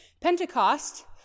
Pentecost